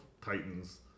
Titans